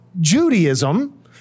Judaism